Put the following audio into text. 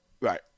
right